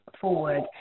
forward